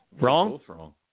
wrong